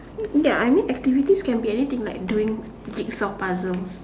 ya I mean activities can be anything like doing jig saw puzzles